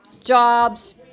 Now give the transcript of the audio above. jobs